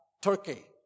Turkey